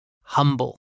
humble